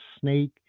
snake